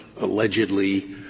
allegedly